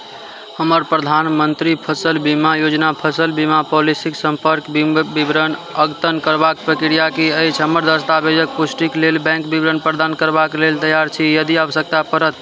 हमर प्रधानमन्त्री फसल बीमा योजना फसल बीमा पॉलिसीक सम्पर्क बि विवरण अद्यतन करबाक प्रक्रिया की अछि हमर दस्तावेजक पुष्टिक लेल बैंक विवरण प्रदान करबाक लेल तैयार छी यदि आवश्यकता पड़त